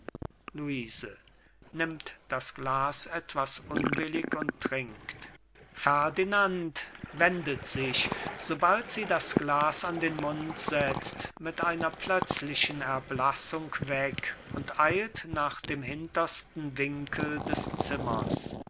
trinkt ferdinand wendet sich sobald sie das glas an den mund setzt mit einer plötzlichen erblassung weg und eilt nach dem hintersten winkel des zimmers